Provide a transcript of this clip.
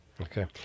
Okay